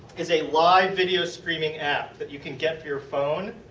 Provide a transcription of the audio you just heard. is a live video streaming app that you can get for your phone.